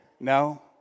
No